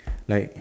like